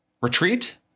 retreat